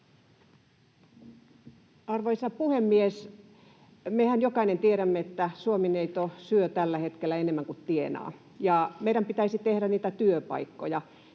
Arvoisa puhemies! Mehän jokainen tiedämme, että Suomi-neito syö tällä hetkellä enemmän kuin tienaa, ja meidän pitäisi tehdä niitä työpaikkoja